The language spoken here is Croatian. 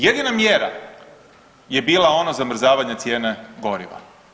Jedina mjera je bila ona zamrzavanje cijene goriva.